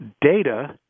data